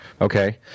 Okay